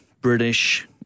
British